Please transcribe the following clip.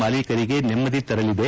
ಮಾಲೀಕರಿಗೆ ನೆಮ್ಮದಿ ತರಲಿದೆ